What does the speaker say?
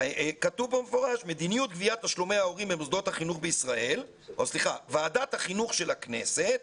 וכתוב במפורש: "ועדת החינוך של הכנסת